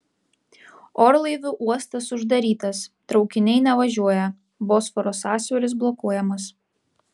orlaivių uostas uždarytas traukiniai nevažiuoja bosforo sąsiauris blokuojamas